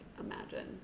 imagine